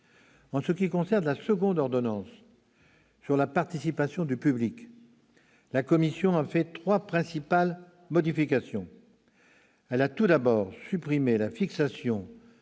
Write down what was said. En ce qui concerne la seconde ordonnance, sur la participation du public, la commission a fait trois principales modifications. Elle a, tout d'abord, supprimé la fixation